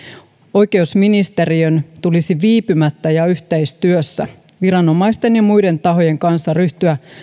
oikeusministeriön tulisi viipymättä ja yhteistyössä viranomaisten ja muiden tahojen kanssa ryhtyä